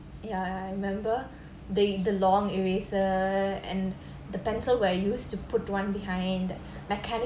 ya I remember the the long eraser and the pencil were used to put one behind mechanical